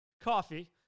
coffee